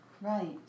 Right